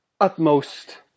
utmost